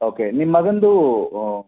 okay ನಿಮ್ಮ ಮಗನದು